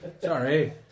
sorry